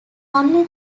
only